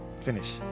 Finish